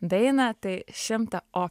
dainą tai šimtą o